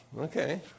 okay